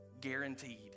guaranteed